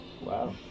Wow